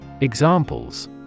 Examples